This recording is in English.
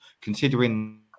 considering